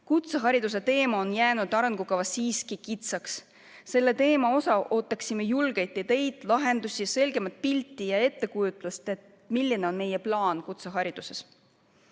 Kutsehariduse teema on jäänud arengukavas siiski kitsaks. Selle teema kohta ootaksime julgeid ideid, lahendusi, selgemat pilti ja ettekujutust, milline on meie plaan kutsehariduses. Neljandaks,